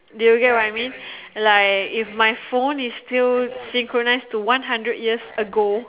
do you get what I mean like if my phone was still synchronised to one hundred years ago